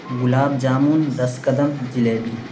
گلاب jamun ras kadam jalebi